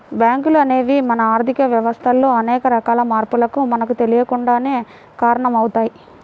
బ్యేంకులు అనేవి మన ఆర్ధిక వ్యవస్థలో అనేక రకాల మార్పులకు మనకు తెలియకుండానే కారణమవుతయ్